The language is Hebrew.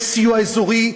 בסיוע אזורי,